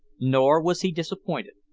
nor was he disappointed.